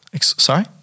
Sorry